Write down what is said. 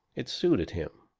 it suited him.